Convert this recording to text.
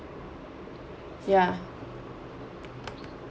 ya